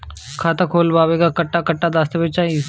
खाता खोले ला कट्ठा कट्ठा दस्तावेज चाहीं?